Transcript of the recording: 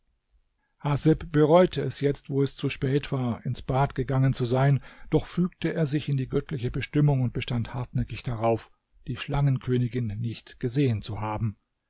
bereute es jetzt wo es zu spät war ins bad gegangen zu sein doch fügte er sich in die göttliche bestimmung und bestand hartnäckig darauf die schlangenkönigin nicht gesehen zu haben